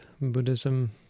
Buddhism